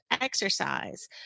exercise